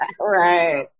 Right